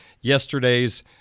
yesterday's